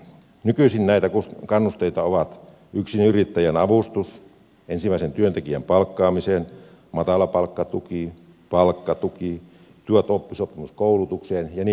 nykyisin näitä kannusteita ovat yksinyrittäjän avustus ensimmäisen työntekijän palkkaamiseen matalapalkkatuki palkkatuki tuet oppisopimuskoulutukseen ja niin edelleen